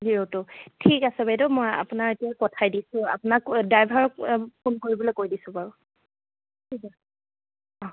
zero two ঠিক আছে বাইদেউ মই আপোনাৰ এতিয়া পঠাই দিছোঁ আপোনাক ড্ৰাইভাৰক ফোন কৰিবলৈ কৈ দিছোঁ বাৰু ঠিক আছে